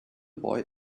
boy